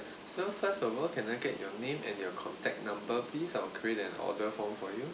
so first of all can I get your name and your contact number please I will create an order form for you